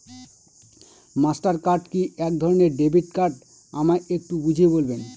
Master card কি একধরণের debit card আমায় একটু বুঝিয়ে বলবেন?